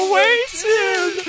waiting